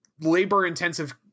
labor-intensive